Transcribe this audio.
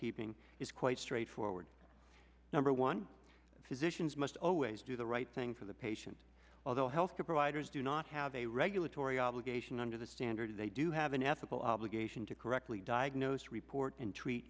keeping is quite straightforward number one physicians must always do the right thing for the patients although health care providers do not have a regulatory obligation under the standard they do have an ethical obligation to correctly diagnose report and treat